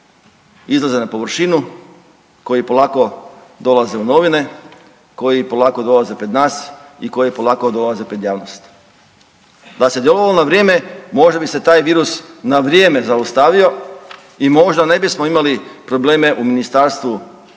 izlaze na površinu koji polako dolaze u novine, koji polako dolaze pred nas i koji polako dolaze pred javnosti. Da se djelovalo na vrijeme možda bi se taj virus na vrijeme zaustavio i možda ne bismo imali probleme u Ministarstvu